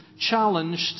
challenged